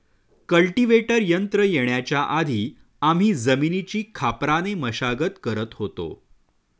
cultivator यंत्र येण्याच्या आधी आम्ही जमिनीची खापराने मशागत करत होतो